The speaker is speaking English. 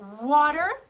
water